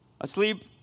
Asleep